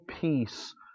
peace